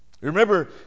Remember